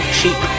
cheap